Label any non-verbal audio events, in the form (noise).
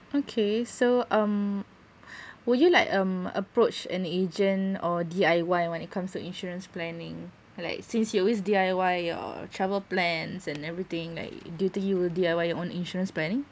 okay so um (breath) would you like um approach an agent or D_I_Y when it comes to insurance planning like since you always D_I_Y your travel plans and everything like do you think you will D_I_Y your own insurance planning